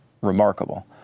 remarkable